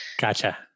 Gotcha